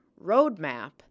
roadmap